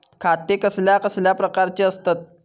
खाते कसल्या कसल्या प्रकारची असतत?